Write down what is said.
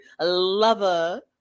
lover